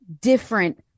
different